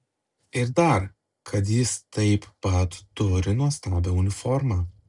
ir dar kad jis taip pat turi nuostabią uniformą